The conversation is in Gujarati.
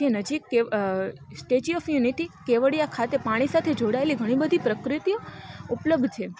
જે નજીક કે સ્ટેચ્યૂ ઓફ યુનિટી કેવડીયા ખાતે પાણી સાથે જોડાયેલી ઘણી બધી પ્રવૃત્તિઓ ઉપલબ્ધ છે